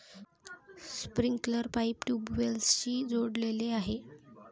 sprinkler pipe ट्यूबवेल्सशी जोडलेले आहे